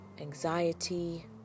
anxiety